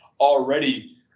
already